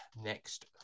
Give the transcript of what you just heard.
next